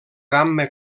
gamma